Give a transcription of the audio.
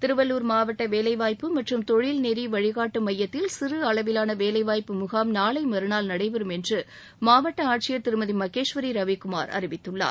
திருவள்ளூர் மாவட்ட வேலைவாய்ப்பு மற்றும் தொழில் நெறி வழிகாட்டும் மையத்தில் சிறு அளவிலான வேலைவாய்ப்பு முகாம் நாளை மறுநாள் நடைபெறும் என்று மாவட்ட ஆட்சியர் திருமதி மகேஸ்வரி ரவிகுமார் அறிவித்துள்ளார்